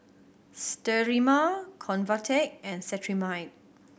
Sterimar Convatec and Cetrimide